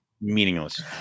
Meaningless